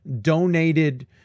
donated